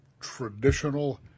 traditional